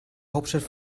hauptstadt